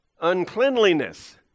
uncleanliness